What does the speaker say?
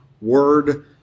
word